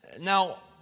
Now